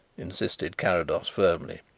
insisted carrados firmly.